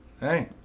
Hey